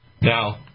Now